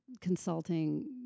consulting